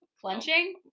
Clenching